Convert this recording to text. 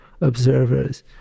observers